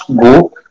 go